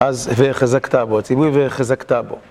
אז "והחזקת בו", הציווי "והחזקת בו".